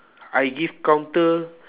I give counter